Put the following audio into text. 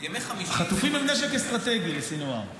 חטופים הם נשק אסטרטגי לסנוואר.